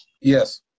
Yes